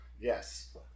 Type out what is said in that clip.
Yes